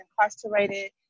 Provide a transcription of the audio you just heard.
incarcerated